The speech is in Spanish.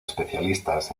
especialistas